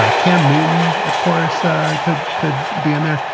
ah cam newton, of course. ah could could be in there.